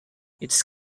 its